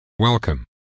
Welcome